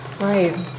Right